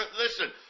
listen